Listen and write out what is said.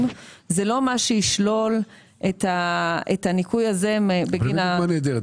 זה לא מה שישלול את הניכוי הזה בגין ה --- הבאת דוגמה נהדרת,